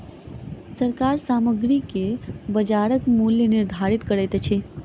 सरकार सामग्री के बजारक मूल्य निर्धारित करैत अछि